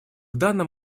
данном